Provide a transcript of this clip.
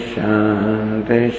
Shanti